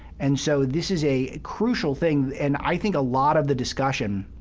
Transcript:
and so this is a crucial thing. and i think a lot of the discussion